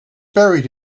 buried